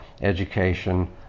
education